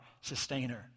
sustainer